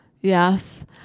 Yes